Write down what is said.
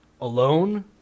alone